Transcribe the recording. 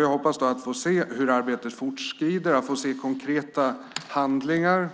Jag hoppas att få se att det arbetet fortskrider, och jag vill se konkreta handlingar